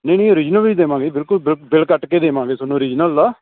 ਨਹੀਂ ਨਹੀਂ ਓਰੀਜਨਲ ਵੀ ਦੇਵਾਂਗੇ ਬਿਲਕੁਲ ਬਿਲ ਕੱਟ ਕੇ ਦੇਵਾਂਗੇ ਤੁਹਾਨੂੰ ਰੀਜਨਲ ਦਾ